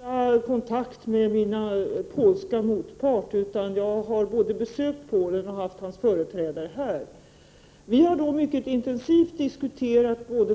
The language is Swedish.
Herr talman! Detta är inte min första kontakt med min polske motpart. Jag har både besökt Polen och haft hans företrädare här. Vi har då mycket intensivt diskuterat både